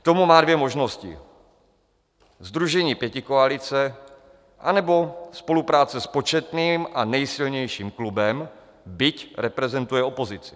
K tomu má dvě možnosti: sdružení pětikoalice anebo spolupráce s početným a nejsilnějším klubem, byť reprezentuje opozici.